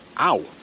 Ow